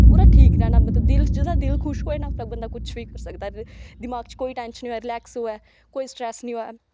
पूरा ठीक रैह्ना मतलव दिल च जेह्दा दिल खुश होऐ ना बंदा कुछ बी करी सकदा दमाक च कोई टैंशन होऐ रलैक्स होऐ कोई स्टरैस्स नी होऐ